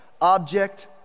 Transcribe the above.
object